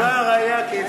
זה כבר היה כדאי.